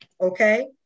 okay